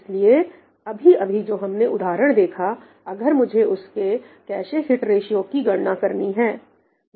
इसलिए अभी अभी जो हमने उदाहरण देखाअगर मुझे उसके कैशे हिट रेशियो की गणना करनी है